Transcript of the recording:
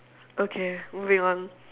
okay moving on